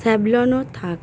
স্যাভলনও থাক